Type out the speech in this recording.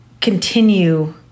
continue